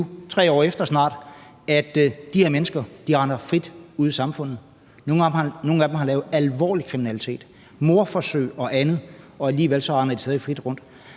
3 år efter, at de her mennesker render frit rundt ude i samfundet. Nogle af dem har lavet alvorlig kriminalitet, mordforsøg og andet, og alligevel render de stadig frit rundt.